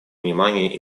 внимания